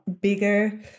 bigger